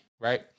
Right